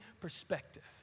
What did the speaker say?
perspective